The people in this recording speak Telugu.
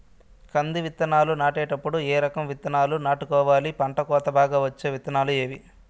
కంది విత్తనాలు నాటేటప్పుడు ఏ రకం విత్తనాలు నాటుకోవాలి, పంట కోత బాగా వచ్చే విత్తనాలు ఏవీ?